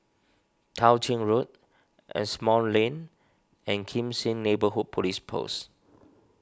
Tao Ching Road Asimont Lane and Kim Seng Neighbourhood Police Post